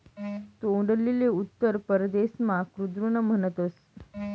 तोंडलीले उत्तर परदेसमा कुद्रुन म्हणतस